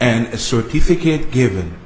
and a certificate given